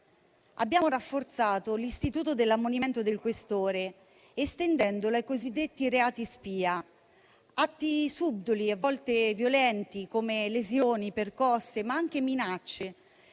Abbiamo rafforzato l'istituto dell'ammonimento del questore, estendendolo ai cosiddetti reati spia, atti subdoli, a volte violenti, come lesioni, percosse, ma anche minacce,